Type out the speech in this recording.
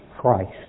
Christ